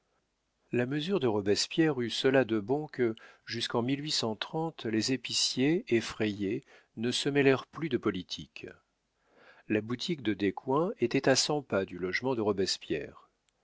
la mesure de roberspierre eut cela de bon que jusqu'en les épiciers effrayés ne se mêlèrent plus de politique la boutique de descoings était à cent pas du logement de roberspierre